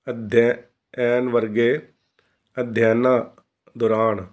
ਅਧਿਐਨ ਵਰਗੇ ਅਧਿਐਨਾਂ ਦੌਰਾਨ